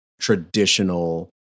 traditional